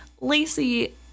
Lacey